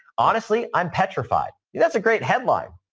honestly, i'm petrified. that's a great headline.